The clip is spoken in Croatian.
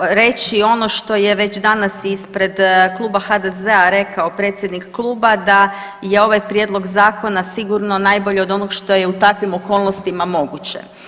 reći ono što je već danas ispred Kluba HDZ-a rekao predsjednik kluba da je ovaj prijedlog zakona sigurno najbolje od onog što je u takvim okolnostima moguće.